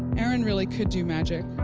aaron really could do magic